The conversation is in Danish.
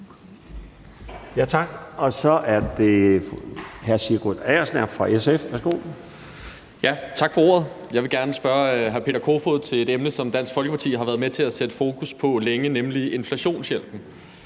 Tak for ordet. Jeg vil gerne spørge hr. Peter Kofod om et emne, som Dansk Folkeparti har været med til at sætte fokus på længe, nemlig inflationshjælpen.